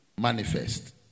manifest